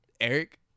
Eric